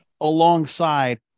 alongside